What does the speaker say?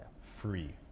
free